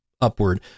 upward